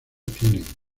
tienen